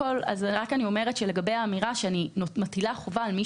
לגבי האמירה שאני מטילה חובה על מי